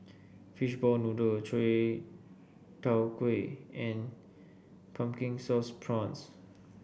Fishball Noodle Chai Tow Kuay and Pumpkin Sauce Prawns